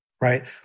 right